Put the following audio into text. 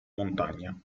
montagna